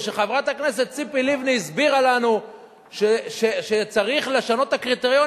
וכשחברת הכנסת ציפי לבני הסבירה לנו שצריך לשנות את הקריטריונים,